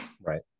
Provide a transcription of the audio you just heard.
right